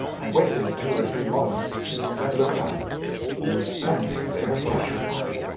i waited two or three moments then looked up he was standing there petrified.